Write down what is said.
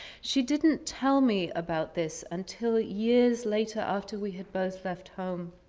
she didn't tell me about this until years later after we had both left home.